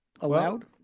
allowed